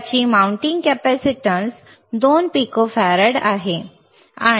त्याची mounting capacitance 2 picofarad आहे